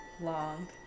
long